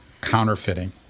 counterfeiting